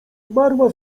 umarła